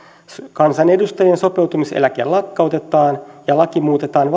kansanedustajien sopeutumiseläke lakkautetaan ja laki muutetaan